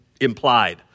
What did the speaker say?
implied